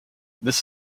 this